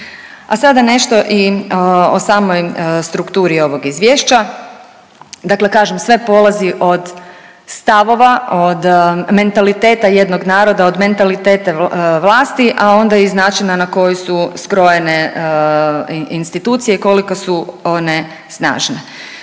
A sada nešto i o samoj strukturi ovog izvješća, dakle kažem sve polazi od stavova, od mentaliteta jednog naroda, od mentaliteta vlasti, a onda iz načina na koji su skrojene institucije koliko su one snažne.